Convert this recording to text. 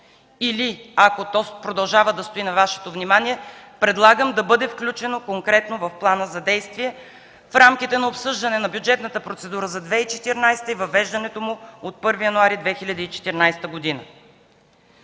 или, ако то продължава да стои на Вашето внимание, предлагам да бъде включено конкретно в плана за действие в рамките на обсъждане на бюджетната процедура за 2014 и въвеждането му от 1 януари 2014 г.